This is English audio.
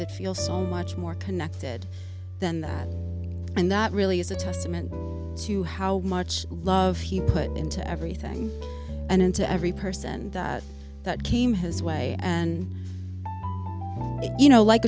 it feels so much more connected than that and that really is a testament to how much love he put into everything and into every person that came his way and you know like